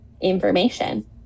information